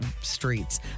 streets